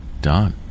done